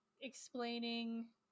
explaining